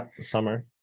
summer